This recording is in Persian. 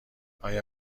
آیا